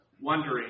wondering